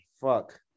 Fuck